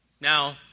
Now